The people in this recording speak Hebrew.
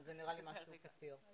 זה נראה לי משהו פתיר.